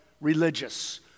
religious